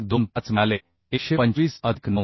125 मिळाले 125 अधिक 9